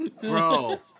Bro